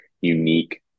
unique